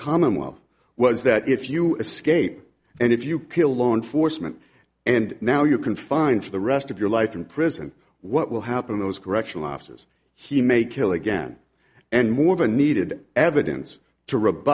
commonwealth was that if you escape and if you kill law enforcement and now you can find for the rest of your life in prison what will happen those correctional officers he may kill again and more of a needed evidence to